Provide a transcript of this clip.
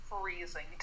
freezing